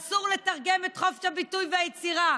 אסור לתרגם את חופש הביטוי והיצירה